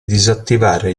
disattivare